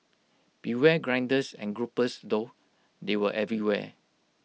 beware grinders and gropers though they were everywhere